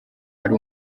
ari